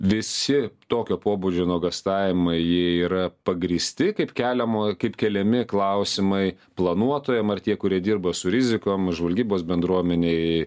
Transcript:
visi tokio pobūdžio nuogąstavimai jie yra pagrįsti kaip keliamo kaip keliami klausimai planuotojam ar tie kurie dirba su rizikom žvalgybos bendruomenėj